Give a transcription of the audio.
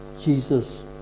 Jesus